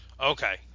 Okay